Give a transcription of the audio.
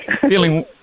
feeling